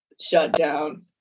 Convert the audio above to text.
shutdown